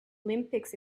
olympics